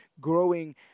growing